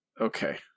Okay